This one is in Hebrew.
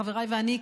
חבריי ואני,